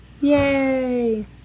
Yay